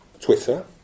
Twitter